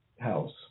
house